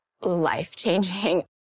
life-changing